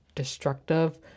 destructive